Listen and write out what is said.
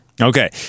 Okay